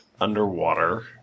underwater